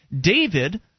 David